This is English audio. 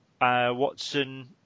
Watson